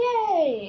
Yay